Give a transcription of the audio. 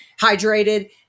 hydrated